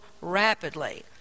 rapidly